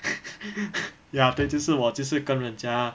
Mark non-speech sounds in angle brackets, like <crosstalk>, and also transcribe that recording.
<laughs> ya 对就是我就是跟人家